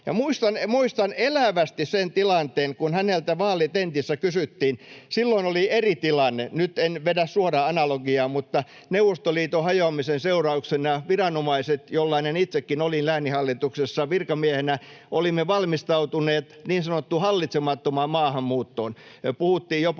muistan elävästi sen tilanteen, kun häneltä vaalitentissä kysyttiin — silloin oli eri tilanne, nyt en vedä suoraa analogiaa, mutta Neuvostoliiton hajoamisen seurauksena me viranomaiset, jollainen itsekin olin lääninhallituksessa virkamiehenä, olimme valmistautuneet niin sanottuun hallitsemattomaan maahanmuuttoon, puhuttiin jopa